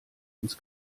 ins